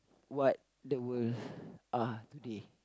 what the world are today